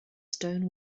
stone